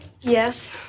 Yes